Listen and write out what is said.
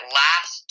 last